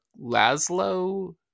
Laszlo